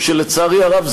משום שלצערי הרב,